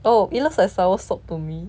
oh it looks like soursop to me